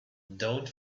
don‘t